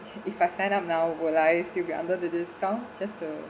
if if I sign up now will I still be under the discount just to